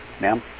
Ma'am